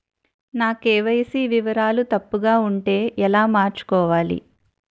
నా కే.వై.సీ వివరాలు తప్పుగా ఉంటే ఎలా మార్చుకోవాలి?